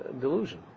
delusion